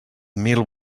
mil